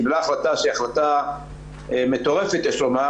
קיבלה החלטה שהיא החלטה מטורפת יש לומר,